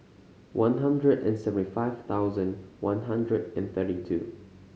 one hundred and seventy five thousand one hundred and thirty two